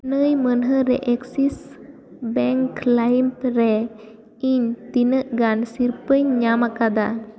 ᱱᱟᱹᱭ ᱢᱟᱹᱦᱟᱹ ᱨᱮ ᱮᱠᱥᱤᱥ ᱵᱮᱝᱠ ᱞᱟᱭᱤᱢ ᱨᱮ ᱤᱧ ᱛᱤᱱᱟᱹᱜ ᱜᱟᱱ ᱥᱤᱨᱯᱟᱹᱧ ᱧᱟᱢ ᱟᱠᱟᱫᱟ